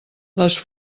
les